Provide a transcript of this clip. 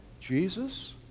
Jesus